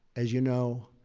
as you know,